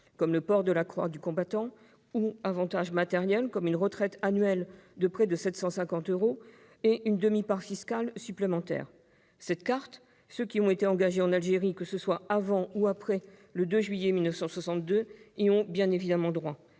comme le port de la croix du combattant, ou d'avantages matériels : une retraite annuelle de près de 750 euros et une demi-part fiscale supplémentaire. Les soldats qui ont été engagés en Algérie avant comme après le 2 juillet 1962 y ont bien évidemment droit.